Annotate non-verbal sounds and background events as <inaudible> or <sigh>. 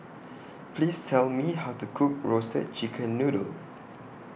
<noise> Please Tell Me How to Cook Roasted Chicken Noodle